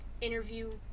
interview